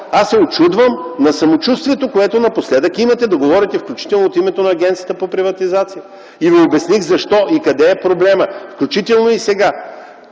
аз се учудвам на самочувствието, което напоследък имате – да говорите включително от името на Агенцията за приватизация. И ви обясних защо и къде е проблемът, включително и сега.